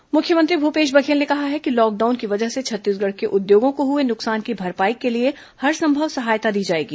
मुख्यमंत्री उद्योग मुख्यमंत्री भूपेश बघेल ने कहा है कि लॉकडाउन की वजह से छत्तीसगढ़ के उद्योगों को हुए नुकसान की भरपाई के लिए हरसंभव सहायता दी जाएगी